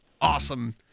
awesome